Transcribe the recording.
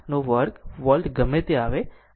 5 વર્ગ વોલ્ટ ગમે તે આવે